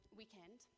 weekend